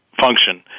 function